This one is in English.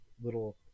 little